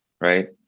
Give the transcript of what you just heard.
right